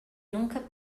nunca